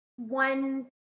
one